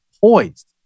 poised